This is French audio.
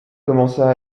commença